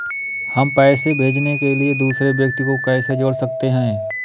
हम पैसे भेजने के लिए दूसरे व्यक्ति को कैसे जोड़ सकते हैं?